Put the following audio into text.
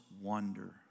wonder